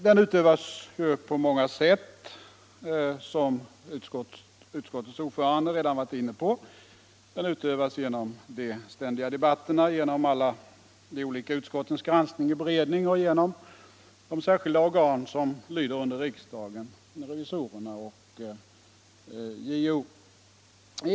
Den utövas på mångahanda sätt, som utskottets ordförande redan har berört. Den utövas genom de ständiga debatterna, genom alla de olika utskottens granskning och beredning och genom de särskilda organ som lyder under riksdagen — revisorerna och JO.